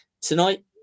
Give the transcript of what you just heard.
Tonight